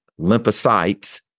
lymphocytes